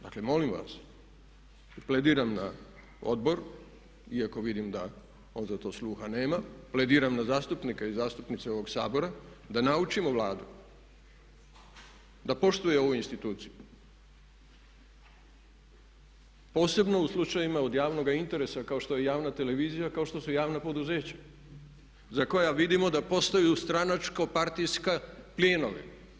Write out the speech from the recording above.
Dakle molim vas, plediram na Odbor, iako vidim da on za to sluha nema, plediram na zastupnike i zastupnice ovog Sabora da naučimo Vladu da poštuje ovu instituciju posebno u slučajevima od javnoga interesa kao što je i javna televizija, kao što su javna poduzeća za koja vidimo da postaju stranačko, partijaka pljenovi.